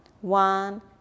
one